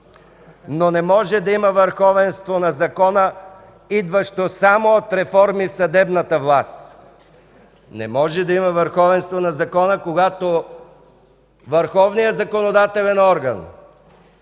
може обаче да има върховенство на закона, идващо само от реформи в съдебната власт. Не може да има върховенство на закона, когато върховният законодателен орган